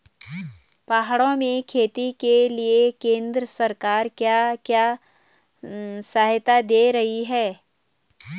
पहाड़ों में खेती के लिए केंद्र सरकार क्या क्या सहायता दें रही है?